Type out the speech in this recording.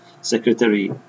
secretary